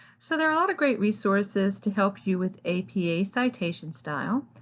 so there are a lot of great resources to help you with apa citation style.